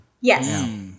Yes